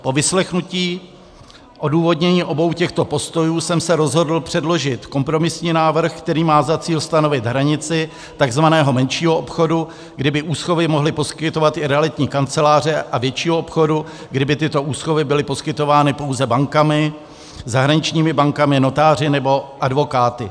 Po vyslechnutí odůvodnění obou těchto postojů jsem se rozhodl předložit kompromisní návrh, který má za cíl stanovit hranici takzvaného menšího obchodu, kdy by úschovy mohly poskytovat i realitní kanceláře, a většího obchodu, kdy by tyto úschovy byly poskytovány pouze bankami, zahraničními bankami, notáři nebo advokáty.